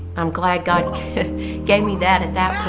i'm glad god gave me that at that